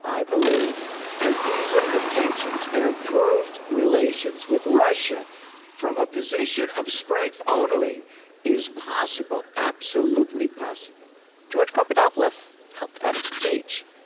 believe an easing of tensions and improved relations with russia from a position of strength only is possible, absolutely possible george papadopoulos helped edit the speech.